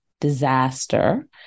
disaster